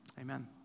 amen